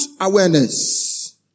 awareness